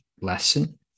lesson